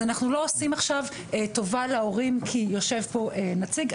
אנחנו לא עושים עכשיו טובה להורים בגלל שיושב פה הנציג שלהם.